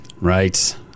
Right